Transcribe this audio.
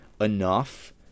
enough